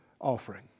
offering